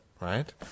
right